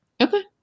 Okay